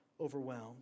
overwhelmed